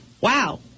wow